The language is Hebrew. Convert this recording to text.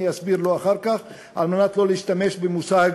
אני אסביר לו אחר כך על מנת לא להשתמש במושג